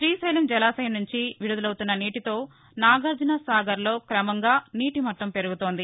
శ్రీశైలం జలాశయం సుంచి విడుదలవుతున్న నీటితో నాగార్జనసాగర్లో క్రమంగా నీటి మట్లం పెరుగుతోంది